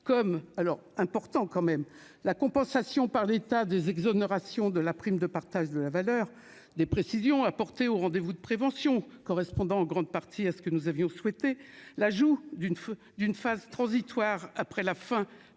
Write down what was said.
coms alors important quand même, la compensation par l'État des exonérations de la prime de partage de la valeur des précisions apportées au rendez-vous de prévention correspondant en grande partie à ce que nous avions souhaité l'ajout d'une feu d'une phase transitoire après la fin de garantie